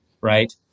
right